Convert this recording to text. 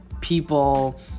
people